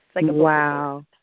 Wow